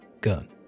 gun